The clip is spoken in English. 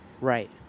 Right